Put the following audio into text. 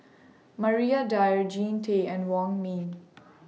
Maria Dyer Jean Tay and Wong Ming